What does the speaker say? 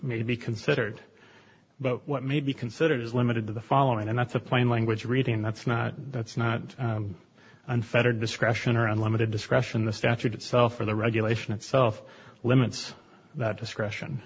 may be considered but what may be considered is limited to the following and that's the plain language reading that's not that's not unfettered discretion or unlimited discretion the statute itself or the regulation itself limits that discretion